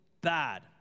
bad